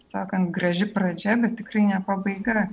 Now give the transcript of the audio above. sakant graži pradžia bet tikrai ne pabaiga